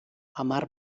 hamar